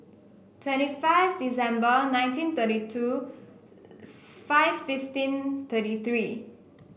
twenty five December nineteen thirty two five fifteen thirty three